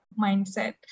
mindset